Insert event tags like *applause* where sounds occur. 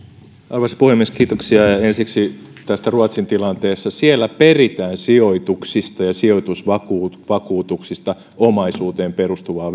arvoisa puhemies ensiksi tästä ruotsin tilanteesta siellä peritään sijoituksista ja sijoitusvakuutuksista omaisuuteen perustuvaa *unintelligible*